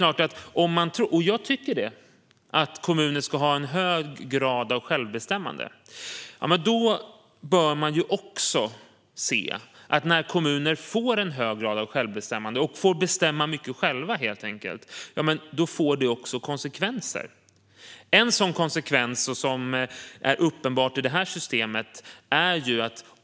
Om man tycker att kommuner ska ha en hög grad av självbestämmande - jag tycker det - bör man också se att det får konsekvenser när kommuner får bestämma mycket själva. Det finns en konsekvens som är uppenbar i det här systemet.